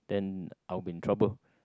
then I'll be in trouble